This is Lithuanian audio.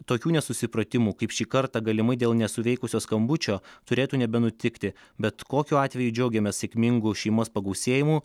tokių nesusipratimų kaip šį kartą galimai dėl nesuveikusio skambučio turėtų nebenutikti bet kokiu atveju džiaugiamės sėkmingu šeimos pagausėjimu